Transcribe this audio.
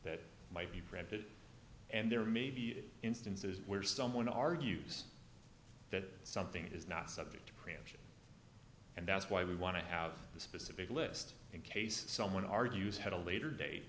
that might be granted and there may be instances where someone argues that something is not subject to preemption and that's why we want to have the specific list in case someone argues had a later date